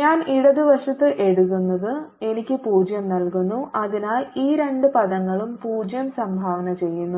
ഞാൻ ഇടതുവശത്ത് എഴുതുന്നത് എനിക്ക് 0 നൽകുന്നു അതിനാൽ ഈ രണ്ട് പദങ്ങളും 0 സംഭാവന ചെയ്യുന്നു